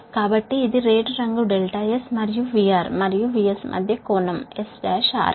కాబట్టి ఇది రేటు రంగు S మరియు VR మరియు VS మధ్య కోణం S R